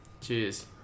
Cheers